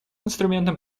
инструментом